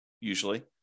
usually